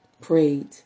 prayed